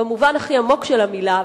במובן הכי עמוק של המלה,